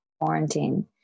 quarantine